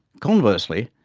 conversely,